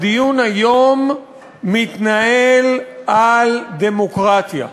הדיון היום מתנהל על דמוקרטיה.